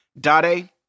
Dade